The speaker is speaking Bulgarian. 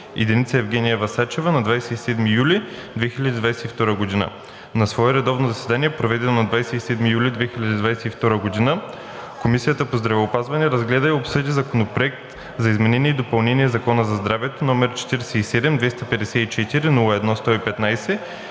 Деница Евгениева Сачева на 27 юли 2022 г. На свое редовно заседание, проведено на 27 юли 2022 г., Комисията по здравеопазването разгледа и обсъди Законопроект за изменение и допълнение на Закона за здравето, № 47-254-01-115,